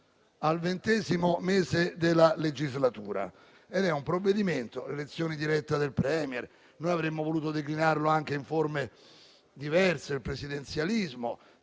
al ventesimo mese della legislatura. È un provvedimento che riguarda l'elezione diretta del *Premier*, che noi avremmo voluto declinare anche in forme diverse, come il presidenzialismo,